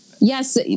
yes